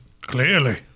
Clearly